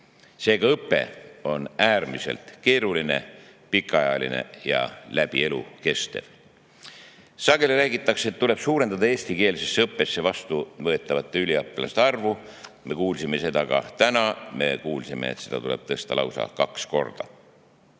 Seega, õpe on äärmiselt keeruline, pikaajaline ja läbi elu kestev. Sageli räägitakse, et tuleb suurendada eestikeelsesse õppesse vastu võetavate üliõpilaste arvu. Me kuulsime seda ka täna. Saime teada, et seda tuleb tõsta lausa kaks korda.